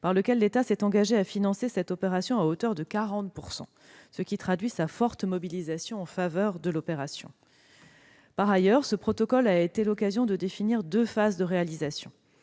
par lequel l'État s'est engagé à financer cette opération à hauteur de 40 %, ce qui traduit sa forte mobilisation en faveur de l'opération. Par ailleurs, ce protocole a été l'occasion de définir deux phases de réalisation.